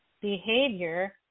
behavior